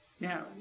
Now